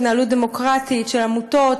התנהלות דמוקרטית של עמותות,